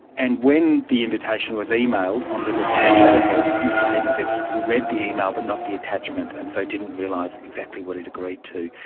and when the invitation was emailed on liberal party letterhead, mr heydon says he read the email but not the attachment and so didn't realise exactly what it agreed to.